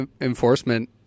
enforcement